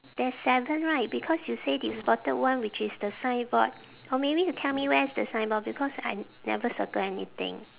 there's seven right because you say that you spotted one which is the signboard or maybe you tell me where's the signboard because I never circle anything